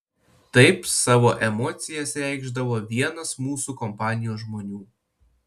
taip savo emocijas reikšdavo vienas mūsų kompanijos žmonių